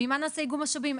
ממה נעשה איגום משאבים?